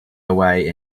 away